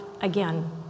again